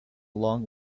long